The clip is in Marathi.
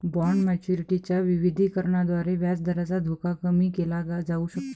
बॉण्ड मॅच्युरिटी च्या विविधीकरणाद्वारे व्याजदराचा धोका कमी केला जाऊ शकतो